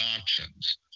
options